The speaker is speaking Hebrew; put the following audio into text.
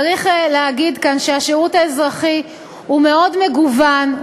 צריך להגיד כאן שהשירות האזרחי הוא מאוד מגוון,